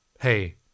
hey